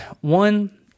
One